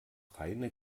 reine